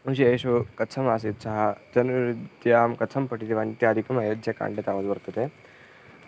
विषयेषु कथमासीत् सः धनुर्विद्यां कथं पठितवान् इत्यादिकम् अयोघ्याकाण्डे तावद् वर्तते